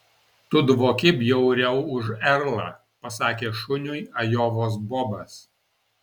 tu dvoki bjauriau už erlą pasakė šuniui ajovos bobas